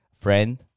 friend